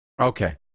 Okay